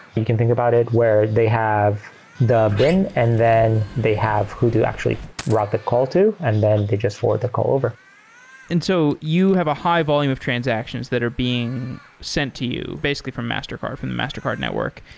you can think about it where they have the bin and then they have who to actually route the call to, and then they just forward the call over and so you have a high-volume of transactions that are being sent to you basically from mastercard, from the mastercard network.